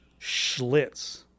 Schlitz